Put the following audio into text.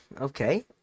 okay